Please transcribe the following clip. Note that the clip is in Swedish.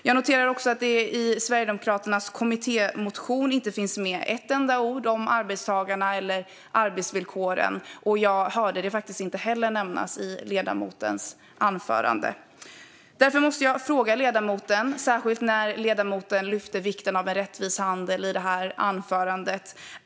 Jag noterar också att det i Sverigedemokraternas kommittémotion inte finns med ett enda ord om arbetstagarna eller arbetsvillkoren, och jag hörde det inte heller nämnas i ledamotens anförande. Jag måste därför ställa en fråga, särskilt eftersom ledamoten tog upp vikten av en rättvis handel i sitt anförande.